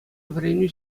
вӗренӳ